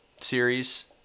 series